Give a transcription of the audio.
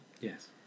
yes